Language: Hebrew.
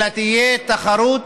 אלא תהיה תחרות